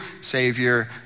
savior